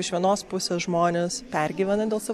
iš vienos pusės žmonės pergyvena dėl savo